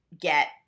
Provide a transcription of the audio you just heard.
get